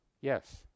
Yes